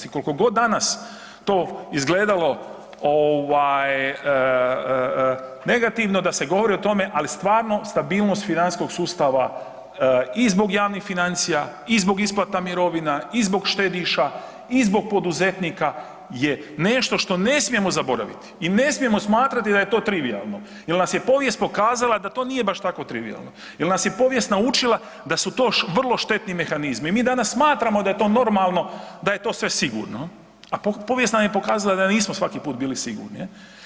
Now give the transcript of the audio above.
I kolko god danas to izgledalo ovaj negativno da se govori o tome, ali stvarno stabilnost financijskog sustava i zbog javnih financija i zbog isplata mirovina i zbog štediša i zbog poduzetnika je nešto što ne smijemo zaboraviti i ne smijemo smatrati da je to trivijalno jel nas je povijest pokazala da to nije baš tako trivijalno, jel nas je povijest naučila da su to vrlo štetni mehanizmi i mi danas smatramo da je to normalno, da je to sve sigurno, a povijest nam je pokazala da nismo svaki put bili sigurni.